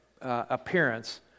appearance